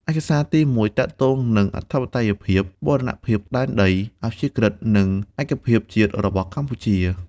ឯកសារទីមួយទាក់ទងនឹងអធិបតេយ្យភាព បូរណភាពដែនដី អព្យាក្រឹត្យ និងឯកភាពជាតិរបស់កម្ពុជា។